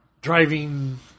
driving